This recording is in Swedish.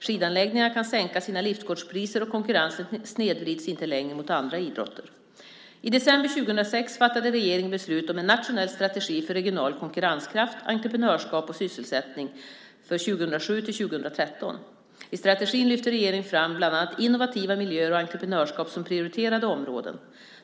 Skidanläggningarna kan sänka sina liftkortspriser och konkurrensen snedvrids inte längre mot andra idrotter. I december 2006 fattade regeringen beslut om en nationell strategi för regional konkurrenskraft, entreprenörskap och sysselsättning för 2007-2013. I strategin lyfter regeringen bland annat fram innovativa miljöer och entreprenörskap som prioriterade områden.